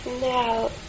now